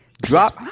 Drop